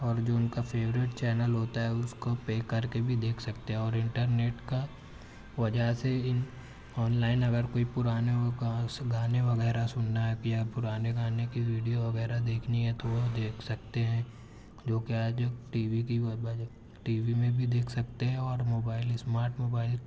اور جو ان کا فیوریٹ چینل ہوتا ہے اس کو پے کر کے بھی دیکھ سکتے ہیں اور انٹرنیٹ کا وجہ سے ان آن لائن اگر کوئی پرانے گانے وغیرہ سننا ہے یا پرانے گانے کی ویڈیو وغیرہ دیکھنی ہے تو وہ دیکھ سکتے ہیں جو کہ آج ٹی وی کی وجہ ٹی وی میں بھی دیکھ سکتے ہیں اور موبائل اسمارٹ موبائل